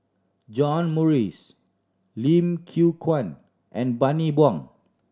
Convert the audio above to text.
John Morrice Lim Yew Kuan and Bani Buang